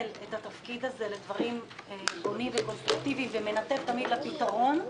את התפקיד הזה לדברים בונים וקונסטרוקטיביים ומנתב תמיד לפתרון,